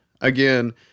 again